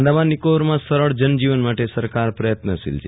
આંદામાન નિકોબારમાં સરળ જનજીવન માટે સરકાર પ્રયત્નશીલ છે